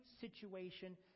situation